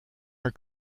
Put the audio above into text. her